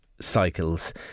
cycles